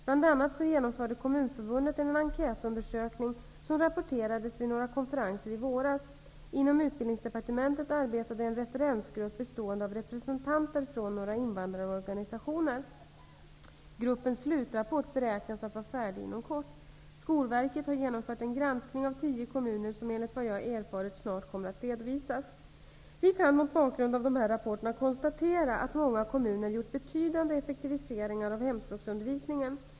Bl.a. genomförde Kommunförbundet en enkätundersökning som rapporterades vid några konferenser i våras. Inom Utbildningsdepartementet arbetade en referensgrupp bestående av representanter från några invandrarorganisationer. Gruppens slutrapport beräknas vara färdig inom kort. Skolverket har genomfört en granskning av tio kommuner som, enligt vad jag erfarit, snart kommer att redovisas. Vi kan mot bakgrund av dessa rapporter konstatera att många kommuner gjort betydande effektiviseringar av hemspråksundervisningen.